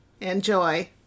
Enjoy